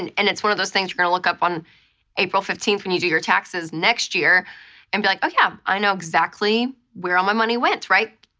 and and it's one of those things you're gonna look up on april fifteen when you do your taxes next year and be like, oh yeah, i know exactly where all my money went, right?